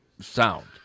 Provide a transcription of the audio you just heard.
sound